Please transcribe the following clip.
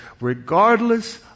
regardless